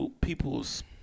People's